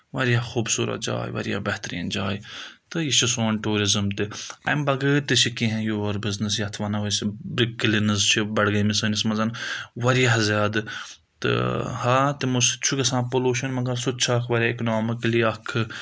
واریاہ خوٗبصوٗرت جاے واریاہ بہتریٖن جاے تہٕ یہِ چھِ سون ٹوٗرِزٕم تہِ اَمہِ بَغٲر تہِ چھِ کینٛہہ یور بِزنِس یَتھ وَنو أسۍ برٛک کلِنٕز چھِ بَڑگٲمِس سٲنِس منٛز واریاہ زیادٕ تہٕ ہاں تِمو سۭتۍ چھُ گَژھان پلوٗشَن مگر سُہ تہِ چھُ اکھ واریاہ اِکنامِکٔلی اَکھ